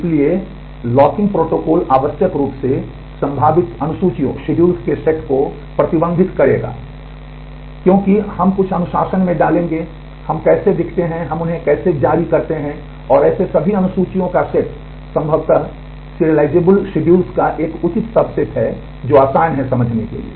इसलिए locking protocol आवश्यक रूप से संभावित अनुसूचियों के सेट को प्रतिबंधित करेगा क्योंकि हम कुछ अनुशासन में डालेंगे कि हम कैसे दिखते हैं और हम उन्हें कैसे जारी करते हैं और ऐसे सभी अनुसूचियों का सेट संभव सिरिअलाइज़ेबल अनुसूचियों का एक उचित सबसेट है जो आसान है समझने के लिए